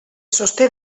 sosté